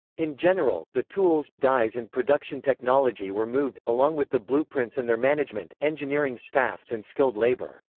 in general, the tools, dies and production technology were moved, along with the blueprints and their management, engineering staffs and skilled labor.